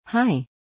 Hi